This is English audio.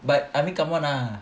but I mean come on ah